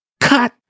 Cut